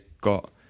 got